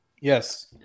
Yes